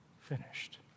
finished